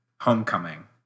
homecoming